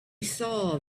saw